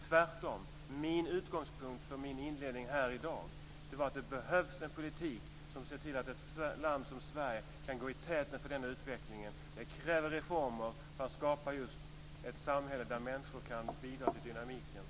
Tvärtom var utgångspunkten för min inledning här i dag att det behövs en politik som ser till att ett land som Sverige kan gå i täten för den utvecklingen. Det krävs reformer för att skapa just ett samhälle där människor kan bidra till dynamiken.